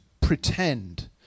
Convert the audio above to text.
pretend